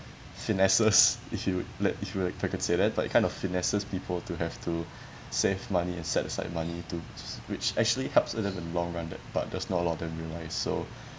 finesses if you would let if I could say that but it kind of finesses people to have to save money and set aside money to which actually helps them in the long run but does not allow them rely so